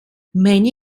many